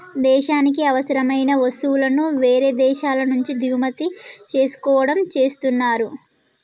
దేశానికి అవసరమైన వస్తువులను వేరే దేశాల నుంచి దిగుమతి చేసుకోవడం చేస్తున్నరు